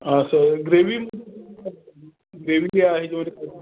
असं होय gravy gravy जी आहे